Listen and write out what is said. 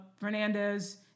Fernandez